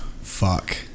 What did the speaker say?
Fuck